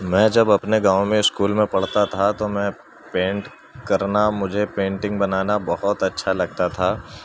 میں جب اپنے گاؤں میں اسکول میں پڑھتا تھا تو میں پینٹ کرنا مجھے پینٹنگ بنانا بہت اچھا لگتا تھا